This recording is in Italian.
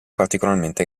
particolarmente